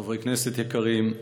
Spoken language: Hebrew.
חברי כנסת יקרים,